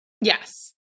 Yes